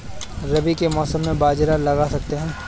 रवि के मौसम में बाजरा लगा सकते हैं?